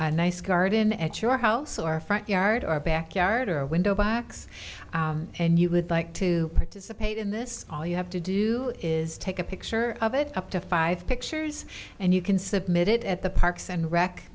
a nice garden at your house or a front yard or backyard or window box and you would like to participate in this all you have to do is take a picture of it up to five pictures and you can submit it at the parks and rec